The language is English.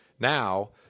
Now